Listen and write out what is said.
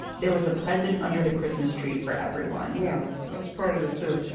there was a present under the christmas tree for everyone yeah, that's part of it, too.